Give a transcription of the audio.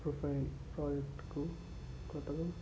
profile ప్రాజెక్ట్కు క్రొత్తగా